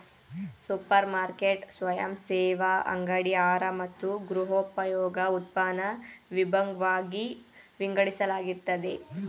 super market ಸ್ವಯಂಸೇವಾ ಅಂಗಡಿ ಆಹಾರ ಮತ್ತು ಗೃಹೋಪಯೋಗಿ ಉತ್ಪನ್ನನ ವಿಭಾಗ್ವಾಗಿ ವಿಂಗಡಿಸಲಾಗಿರ್ತದೆ